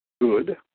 good